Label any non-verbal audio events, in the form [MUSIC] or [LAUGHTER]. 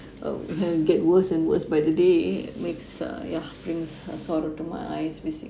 [BREATH] uh get worse and worse by the day makes uh yeah brings uh sorrow to my eyes basically